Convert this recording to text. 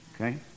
Okay